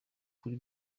kuri